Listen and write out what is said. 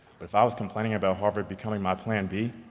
but if i was complaining about harvard becoming my plan b,